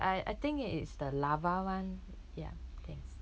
I I think it is the lava [one] ya thanks